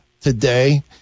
today